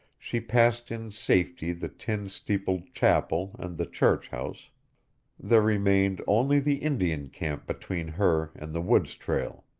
she passed in safety the tin-steepled chapel and the church house there remained only the indian camp between her and the woods trail.